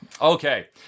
Okay